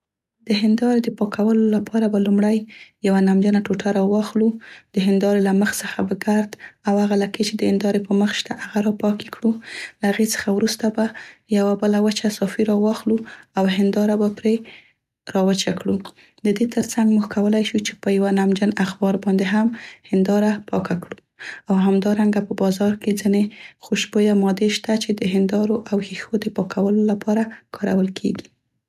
د هیندارې د پاکولو لپاره به لومړۍ یوه نمجنه ټوټه راواخلو د هیندارې له مخ څخه به ګرد او هغه لکې چې د هیندارې په مخ شته، هغه راپاکې کړو، له هغې څخه وروسته به یوه بله وچه صافي راواخلو او هینداره به پرې راوچه کړو. د دې تر څنګ موږ کولای شو چې په یوه نمجن اخبار باندې هم هینداره پاکه کړو او همدارنګه په بازار کې ځينې خوشبویه مادې شته چې د هیندارو او ښیښو د پاکولو لپاره کارول کیګي.